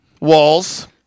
Walls